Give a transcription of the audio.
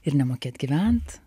ir nemokėt gyvent